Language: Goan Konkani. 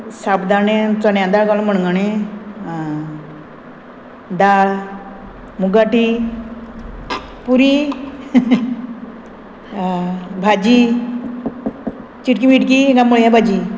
साबदांणे चण्या दाळ मणगणें दाळ मुगाटी पुरी आं भाजी चिटकी मिटकी कांय मुळ्या भाजी